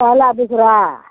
पहला दुसरा